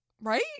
Right